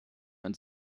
und